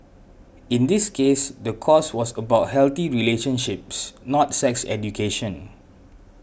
in this case the course was about healthy relationships not sex education